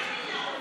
עליזה,